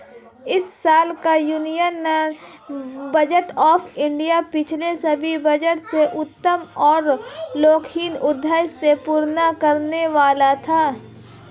इस साल का यूनियन बजट ऑफ़ इंडिया पिछले सभी बजट से उत्तम और लोकहित उद्देश्य को पूर्ण करने वाला था